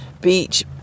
Beach